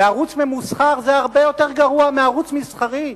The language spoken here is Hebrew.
וערוץ ממוסחר זה הרבה יותר גרוע מערוץ מסחרי.